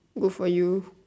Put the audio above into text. good for you